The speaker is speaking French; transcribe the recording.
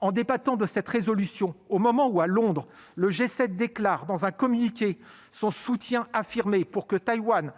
En débattant de cette proposition de résolution, au moment où, à Londres, le G7 déclare dans un communiqué son soutien affirmé à la participation de Taïwan